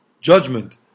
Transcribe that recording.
judgment